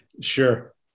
Sure